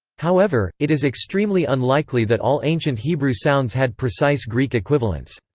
however, it is extremely unlikely that all ancient hebrew sounds had precise greek equivalents.